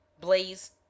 Blaze